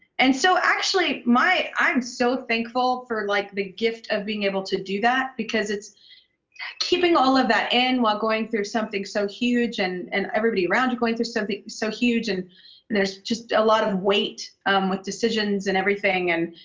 and so, actually, my i am so thankful for, like, the gift of being able to do that, because it's keeping all of that in while going through something so huge, and and everybody around you going through something so huge, and there's just a lot of weight with decisions and everything. and,